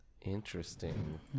Interesting